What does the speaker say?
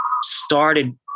started